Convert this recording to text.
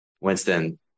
Winston